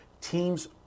teams